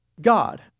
God